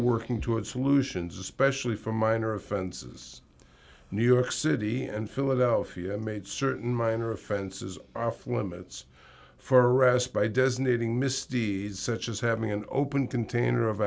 working toward solutions especially for minor offenses new york city and philadelphia made certain minor offenses off limits for arrest by designating misdeeds such as having an open container of